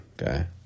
okay